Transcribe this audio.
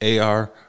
AR